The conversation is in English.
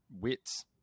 Wits